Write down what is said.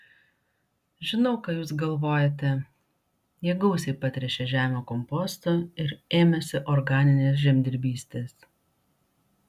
žinau ką jūs galvojate jie gausiai patręšė žemę kompostu ir ėmėsi organinės žemdirbystės